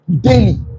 daily